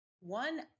One